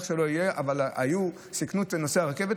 אבל סיכנו את נוסעי הרכבת,